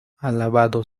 alabado